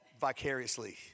vicariously